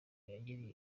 yagiriye